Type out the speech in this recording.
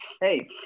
Hey